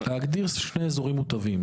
להגדיר שני אזורים מוטבים.